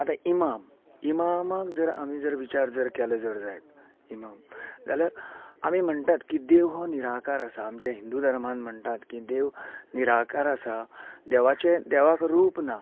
आता ईमाम ईमामाक जर आमी जर विचार जर केलो जर जायत ईमाम जाल्यार आमी म्हणटात की देव हो निराकार आसा आमचे हिंदू धर्मांत म्हणटात की देव निराकार आसा देवाचे देवाक रूप ना